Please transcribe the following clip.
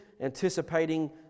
anticipating